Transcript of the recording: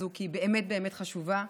היא באמת באמת חשובה,